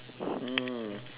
mm